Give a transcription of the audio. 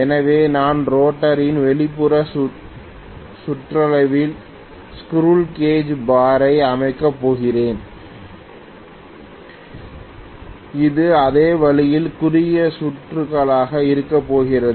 எனவே நான் ரோட்டரின் வெளிப்புற சுற்றளவில் ஸ்குறில் கேஜ் பார் ஐ அமைக்கப் போகிறேன் அது அதே வழியில் குறுகிய சுற்றுகளாக இருக்கப் போகிறது